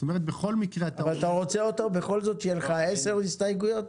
אתה בכל זאת רוצה אותה כדי שיהיו לך עשר הסתייגויות?